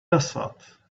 desert